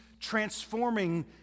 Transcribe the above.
transforming